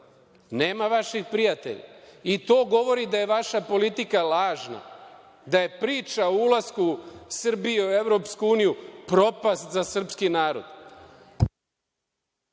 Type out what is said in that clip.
nema vaših prijatelja. To govori da je vaša politika lažna, da je priča o ulasku Srbije u Evropsku uniju propast za srpski narod.